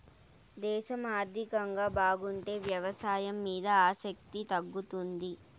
దేశం ఆర్థికంగా బాగుంటే వ్యవసాయం మీద ఆసక్తి తగ్గుతుంది